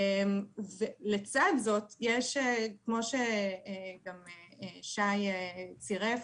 לצד זאת, כמו שהארגון צרף